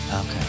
Okay